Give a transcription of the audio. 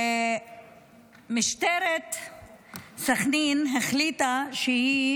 ומשטרת סכנין החליטה שהיא